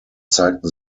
zeigten